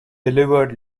delivered